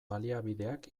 baliabideak